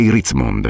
Ritzmond